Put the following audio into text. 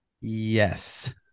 Yes